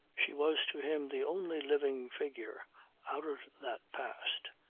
she was to him the only living figure out of that past,